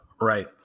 right